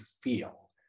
feel